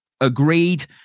Agreed